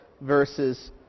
versus